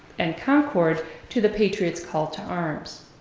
and concord to the patriots call to arms.